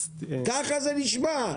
ככה זה נשמע.